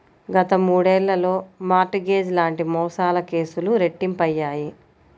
గత మూడేళ్లలో mortgage లాంటి మోసాల కేసులు రెట్టింపయ్యాయి